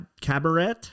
Cabaret